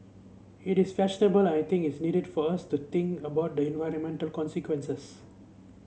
it is fashionable and I think its needed for us to think about the environmental consequences